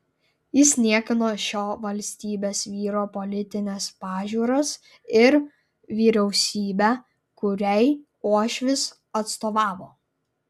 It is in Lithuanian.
jis niekino šio valstybės vyro politines pažiūras ir vyriausybę kuriai uošvis atstovavo